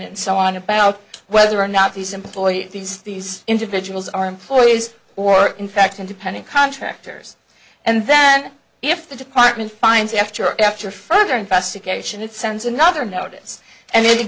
and so on about whether or not these employees these these individuals are employees or in fact independent contractors and then if the department finds after after further investigation it sends another notice an